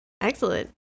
Excellent